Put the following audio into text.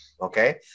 Okay